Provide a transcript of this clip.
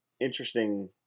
interesting